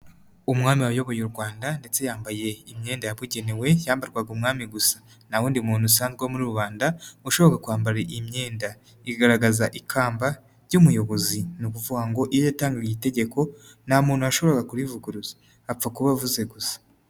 Umwami wayoboye u Rwanda ndetse yambaye imyenda yabugenewe yambarwaga umwami gusa, nta wundi muntu usanzwe muri rubanda washoboraga kwambara iyi myenda, igaragaza ikamba ry'umuyobozi, ni ukuvuga ngo iyo yatangaga itegeko nta muntu washoboraga kurivuguruza apfa kuba avuze gusa.